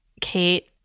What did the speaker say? Kate